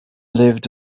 lived